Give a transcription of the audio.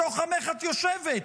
בתוך עמך את יושבת: